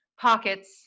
pockets